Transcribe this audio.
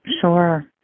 Sure